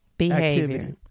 behavior